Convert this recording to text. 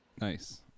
Nice